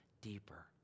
deeper